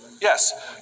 Yes